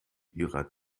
ihrer